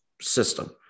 system